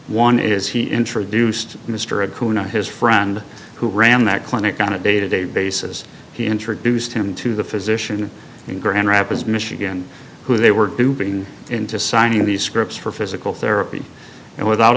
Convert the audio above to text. one is he introduced mr akun and his friend who ran that clinic on a day to day basis he introduced him to the physician in grand rapids michigan who they were duping into signing these scripts for physical therapy and without